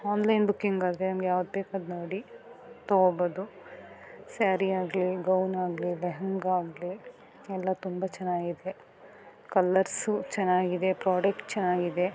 online booking ಆದರೆ ನಮಗೆ ಯಾವ್ದು ಬೇಕು ಅದು ನೋಡಿ ತಗೊಬೋದು ಸ್ಯಾರಿ ಆಗಲೀ ಗೌನ್ ಆಗಲೀ ಲೆಹೆಂಗಾ ಆಗಲೀ ಎಲ್ಲ ತುಂಬ ಚೆನ್ನಾಗಿದೆ ಕಲ್ಲರ್ಸು ಚೆನ್ನಾಗಿದೆ ಪ್ರೊಡಕ್ಟ್ ಚೆನ್ನಾಗಿದೆ